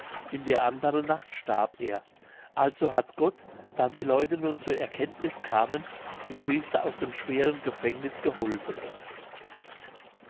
in der anderen nacht starb er also hat gott da die leute nun zur erkenntniß kamen dem priester aus dem schweren gefängniß geholfen